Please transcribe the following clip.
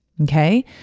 Okay